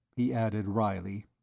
he added wryly.